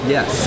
Yes